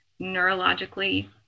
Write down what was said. neurologically